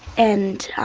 and,